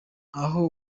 aho